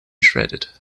shredded